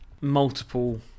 multiple